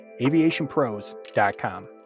aviationpros.com